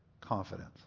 confidence